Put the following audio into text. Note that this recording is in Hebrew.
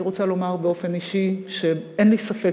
אני רוצה לומר באופן אישי שאין לי ספק